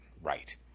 right